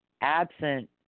absent